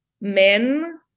men